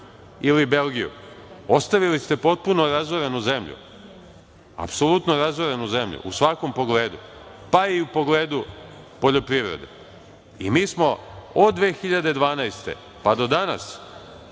ili Belgiju. Ostavili ste potpuno razoranu zemlju, apsolutno razorenu zemlju u svakom pogledu, pa i u pogledu poljoprivrede. Mi smo od 2012. godine,